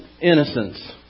innocence